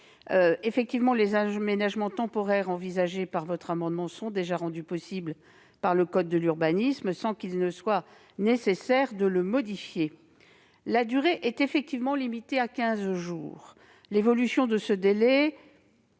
protégés. Les aménagements temporaires envisagés dans le dispositif de l'amendement sont déjà rendus possibles par le code de l'urbanisme, sans qu'il soit nécessaire de le modifier. Leur durée est effectivement limitée à quinze jours. L'évolution de ce délai